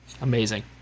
Amazing